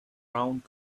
round